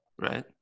Right